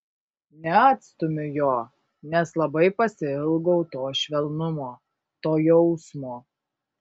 neatstumiu jo nes labai pasiilgau to švelnumo to jausmo